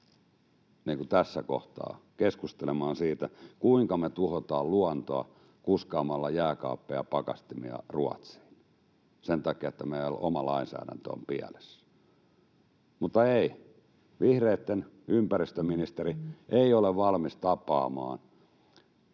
minä pääsen tässä kohtaa keskustelemaan siitä, kuinka me tuhotaan luontoa kuskaamalla jääkaappeja ja pakastimia Ruotsiin sen takia, että meidän oma lainsäädäntö on pielessä? Mutta ei, vihreitten ympäristöministeri ei ole valmis tapaamaan